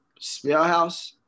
Spellhouse